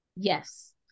Yes